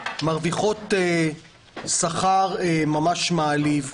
מרוויחות שכר ממש מעליב,